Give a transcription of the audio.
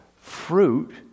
Fruit